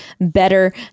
better